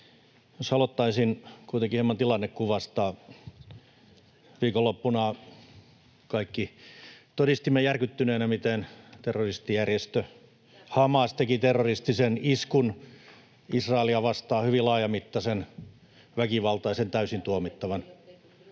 Jos aloittaisin kuitenkin hieman tilannekuvasta: Viikonloppuna kaikki todistimme järkyttyneinä, miten terroristijärjestö Hamas teki terroristisen iskun Israelia vastaan, hyvin laajamittaisen, väkivaltaisen ja täysin tuomittavan.